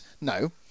No